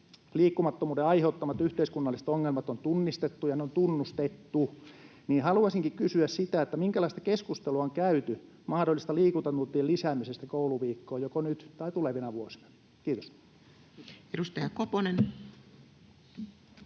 Liikkumattomuuden aiheuttamat yhteiskunnalliset ongelmat on tunnistettu, ja ne on tunnustettu. Haluaisinkin kysyä: minkälaista keskustelua on käyty mahdollisten liikuntatuntien lisäämisestä kouluviikkoon joko nyt tai tulevina vuosina? — Kiitos. [Speech